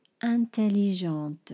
Intelligente